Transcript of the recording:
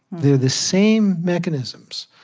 they're the same mechanisms.